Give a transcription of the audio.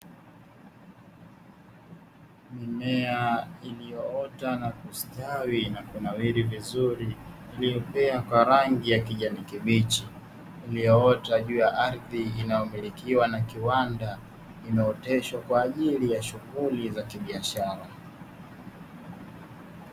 Mimea iliyoota na kustawi na kunawili vizuri iliyopea kwa rangi kijana kibichi, iliyoota juu ya ardhi inayomilikiwa na kiwanda imeoteshwa kwaajili ya shughuli za kibiashara.